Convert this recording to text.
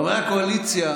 חברת הכנסת גוטליב,